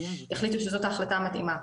יחליטו שזאת ההחלטה המתאימה,